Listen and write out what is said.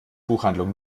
buchhandlung